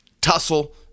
tussle